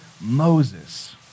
Moses